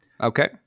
Okay